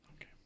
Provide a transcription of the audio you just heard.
Okay